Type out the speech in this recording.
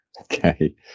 Okay